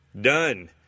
Done